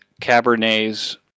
Cabernets